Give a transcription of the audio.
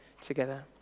together